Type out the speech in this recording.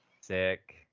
Sick